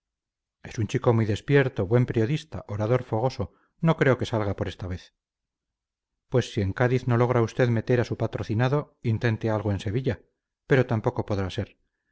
es un chico muy despierto buen periodista orador fogoso no creo que salga por esta vez pues si en cádiz no logra usted meter a su patrocinado intente algo en sevilla pero tampoco podrá ser